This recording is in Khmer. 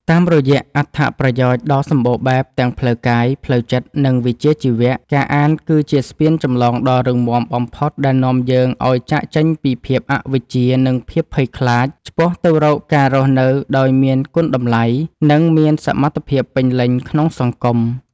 តាមរយៈអត្ថប្រយោជន៍ដ៏សម្បូរបែបទាំងផ្លូវកាយ ផ្លូវចិត្ត និងវិជ្ជាជីវៈ ការអានគឺជាស្ពានចម្លងដ៏រឹងមាំបំផុតដែលនាំយើងឱ្យចាកចេញពីភាពអវិជ្ជា និងភាពភ័យខ្លាច ឆ្ពោះទៅរកការរស់នៅដោយមានគុណតម្លៃ និងមានសមត្ថភាពពេញលេញក្នុងសង្គម។